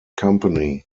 company